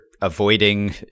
avoiding